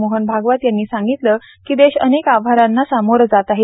मोहन भागवत यांनी सांगितलं कि देश अनेक आव्हानांना सामोर जात आहे